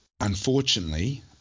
unfortunately